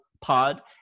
Pod